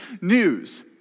news